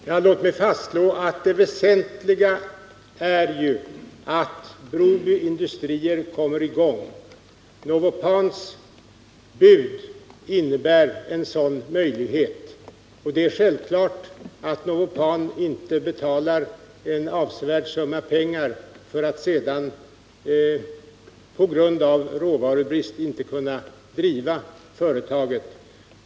Herr talman! Låt mig fastslå att det väsentliga är att Broby Industrier kommer i gång. Novopans bud innebär en sådan möjlighet, och det är självklart att Novopan inte betalar en avsevärd summa pengar för att sedan på grund av råvarubrist inte kunna driva företaget.